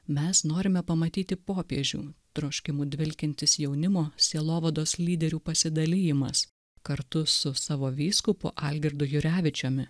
mes norime pamatyti popiežių troškimu dvelkiantis jaunimo sielovados lyderių pasidalijimas kartu su savo vyskupu algirdu jurevičiumi